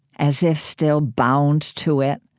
as if still bound to it,